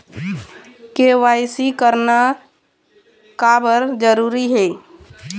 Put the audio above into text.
KYC करना का बर जरूरी हे?